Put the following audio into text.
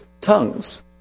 tongues